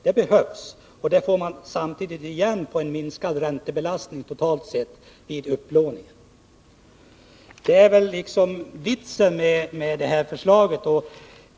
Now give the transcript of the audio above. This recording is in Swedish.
Det behövs, och vi får samtidigt igen det i form av minskad räntebelastning vid upplåningen, totalt sett. Det är liksom vitsen med det här förslaget.